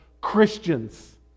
Christians